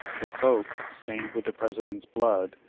the cloak, stained with the president's blood,